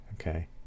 Okay